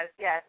yes